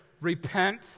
Repent